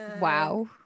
Wow